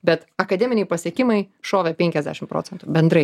bet akademiniai pasiekimai šovė penkiasdešim procentų bendrai